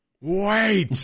wait